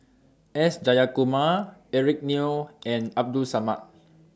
S Jayakumar Eric Neo and Abdul Samad